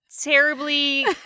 terribly